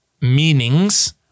meanings